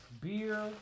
beer